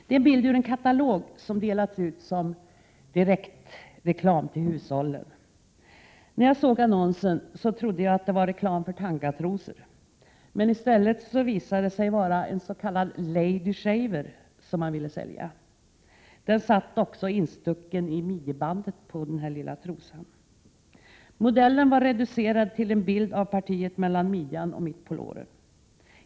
Bilden är ur en katalog som delats ut som direktreklam till hushållen. När jag såg annonsen trodde jag att det var reklam för tangatrosor. Men i stället visade det sig vara ens.k. lady shaver som man ville sälja. Den satt också instucken i midjebandet på den här lilla trosan. Modellen var reducerad till en bild av partiet mellan midjan och mitt på låren.